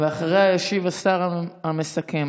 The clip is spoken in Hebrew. ואחריה ישיב השר המסכם,